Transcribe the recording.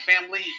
family